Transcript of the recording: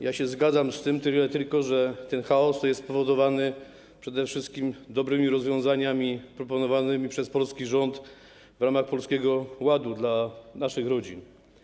Ja się zgadzam z tym, tyle tylko, że ten chaos jest spowodowany przede wszystkim dobrymi rozwiązaniami proponowanymi przez polski rząd w ramach Polskiego Ładu dla naszych rodzin.